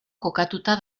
kokatuta